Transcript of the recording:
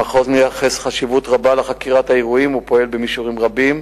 המחוז מייחס חשיבות רבה לחקירת האירועים ופועל במישורים רבים,